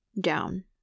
down